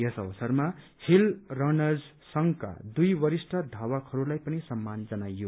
यस अवसरमा हीत रनर्स संघका दुइ वरिष्ठ थावकहरूलाई पनि सम्मान जनाइयो